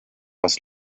was